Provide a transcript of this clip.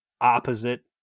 opposite